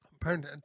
parent